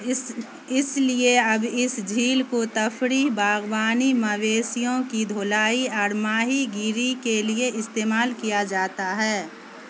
اس اس لیے اب اس جھیل کو تفریح باغبانی مویشیوں کی دھلائی اور ماہی گیری کے لیے استعمال کیا جاتا ہے